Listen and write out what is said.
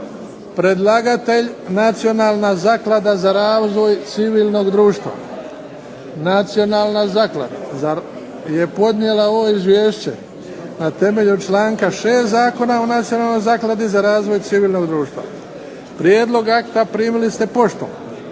Predlagatelj: Nacionalna zaklada za razvoj civilnoga društva Nacionalna zaklada je podnijela ovo izvješće na temelju članka 6. Zakona o nacionalnoj zakladi za razvoj civilnog društva. Prijedlog akta primili ste poštom.